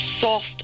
soft